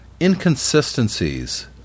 inconsistencies